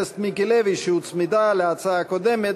שהוצמדה להצעת חוק קודמת,